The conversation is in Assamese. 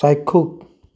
চাক্ষুষ